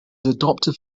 adoptive